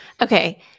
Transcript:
Okay